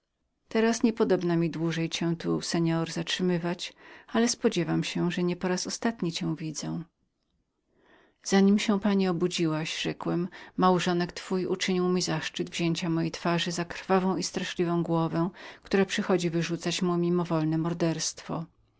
teraz niepodobna mi dłużej tu pana zatrzymywać ale spodziewam się że nie poraz ostatni go widzę zanim pani obudziłaś się rzekłem małżonek twój uczynił mi zaszczyt wzięcia mojej twarzy za krwawą i straszliwą głowę która przychodziła wyrzucać mu mimowolne morderstwo